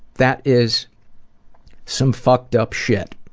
that is some fucked up shit.